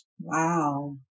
Wow